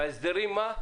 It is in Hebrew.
בהסדרים מה?